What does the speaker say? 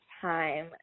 time